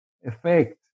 effect